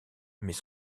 mais